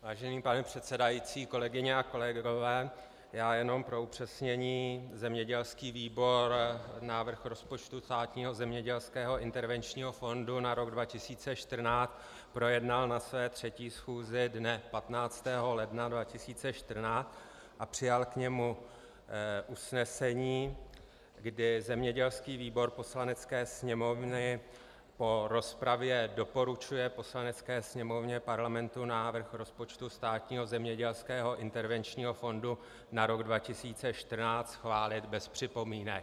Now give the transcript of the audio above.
Vážený pane předsedající, kolegyně a kolegové, já jenom pro upřesnění: Zemědělský výbor návrh rozpočtu Státního zemědělského intervenčního fondu na rok 2014 projednal na své 3. schůzi dne 15. ledna 2014 a přijal k němu usnesení, kdy zemědělský výbor Poslanecké sněmovny po rozpravě doporučuje Poslanecké sněmovně Parlamentu návrh rozpočtu Státního zemědělského intervenčního fondu na rok 2014 schválit bez připomínek.